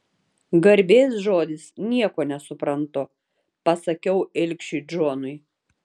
garbės žodis nieko nesuprantu pasakiau ilgšiui džonui